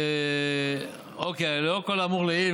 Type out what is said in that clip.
לאור האמור לעיל,